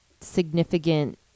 significant